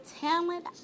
talent